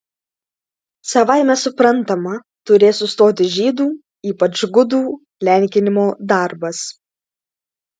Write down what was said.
savaime suprantama turės sustoti žydų ypač gudų lenkinimo darbas